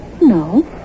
No